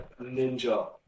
Ninja